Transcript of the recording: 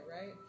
right